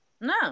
No